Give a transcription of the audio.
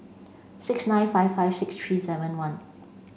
six nine five five six three seven one